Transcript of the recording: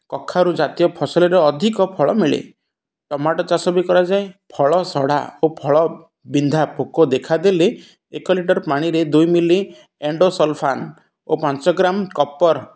କଖାରୁ ଜାତୀୟ ଫସଲରେ ଅଧିକ ଫଳ ମିଳେ ଟମାଟୋ ଚାଷ ବି କରାଯାଏ ଫଳ ସଢ଼ା ଓ ଫଳ ବିନ୍ଧା ପୋକ ଦେଖାଦେଲେ ଏକ ଲିଟର୍ ପାଣିରେ ଦୁଇ ମିଲି ଏଣ୍ଡୋସଲ୍ଫାନ୍ ଓ ପାଞ୍ଚ ଗ୍ରାମ୍ କପର୍